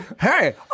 Hey